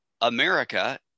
America